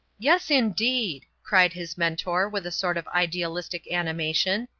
yes, indeed! cried his mentor with a sort of idealistic animation.